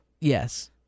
Yes